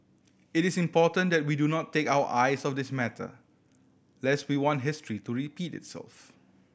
it is important that we do not take our eyes off this matter lest we want history to repeat itself